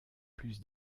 plus